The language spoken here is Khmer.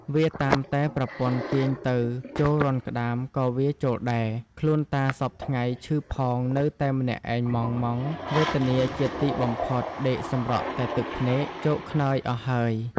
វាតាមតែប្រពន្ធទាញទៅចូលរន្ធក្តាមក៏វាចូលដែរ ខ្លួនតាសព្វថ្ងៃឈឺផងនៅតែម្នាក់ឯងម៉ង់ៗ វេទនាជាទីបំផុតដេកសម្រក់តែទឹកភ្នែកជោកខ្នើយអស់ហើយ។